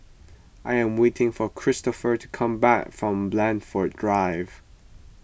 I am waiting for Kristofer to come back from Blandford Drive